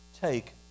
take